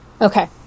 Okay